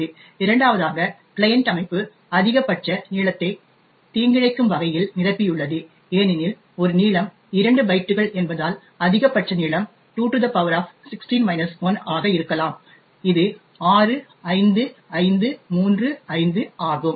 இரண்டாவதாக கிளையன்ட் அமைப்பு அதிகபட்ச நீளத்தை தீங்கிழைக்கும் வகையில் நிரப்பியுள்ளது ஏனெனில் ஒரு நீளம் 2 பைட்டுகள் என்பதால் அதிகபட்ச நீளம் 2 16 1 ஆக இருக்கலாம் இது 65535 ஆகும்